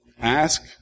Ask